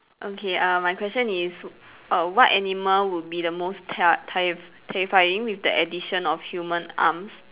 okay uh my question is err what animal would be the most te~ terri~ terrifying with the addition of human arms